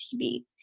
TV